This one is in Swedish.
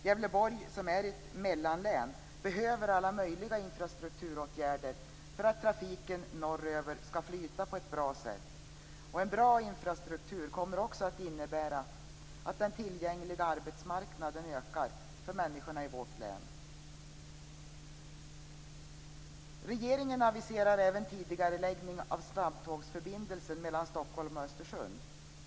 Gävleborg, som är ett mellanlän, behöver alla möjliga infrastrukturåtgärder för att trafiken norröver skall flyta på ett bra sätt. En bra infrastruktur kommer också att innebära att den tillgängliga arbetsmarknaden ökar för människorna i vårt län. Regeringen aviserar även en tidigareläggning av snabbtågsförbindelsen mellan Stockholm och Östersund.